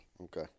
Okay